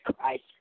Christ